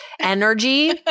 energy